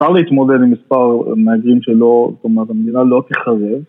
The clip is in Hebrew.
אפשר להתמודד עם מספר מהגרים שלא, זאת אומרת המדינה לא תחרב